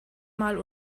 mal